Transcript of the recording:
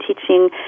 teaching